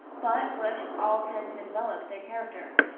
but which all tend to develope their character.